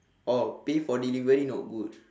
oh pay for delivery not good